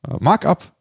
markup